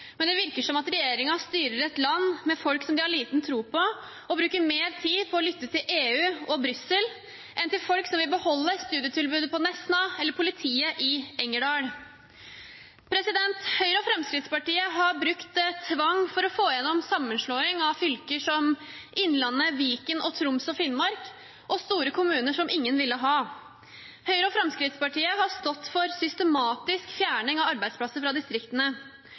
men det virker som om regjeringen styrer et land med folk de har liten tro på, og bruker mer tid på å lytte til EU og Brussel enn til folk som vil beholde studietilbudet på Nesna eller politiet i Engerdal. Høyre og Fremskrittspartiet har brukt tvang for å få igjennom sammenslåing av fylker som Innlandet, Viken og Troms og Finnmark, og store kommuner som ingen ville ha. Høyre og Fremskrittspartiet har stått for systematisk fjerning av arbeidsplasser fra distriktene.